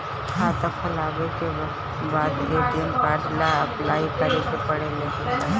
खाता खोलबाबे के बाद ए.टी.एम कार्ड ला अपलाई करे के पड़ेले का?